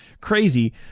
crazy